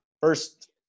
first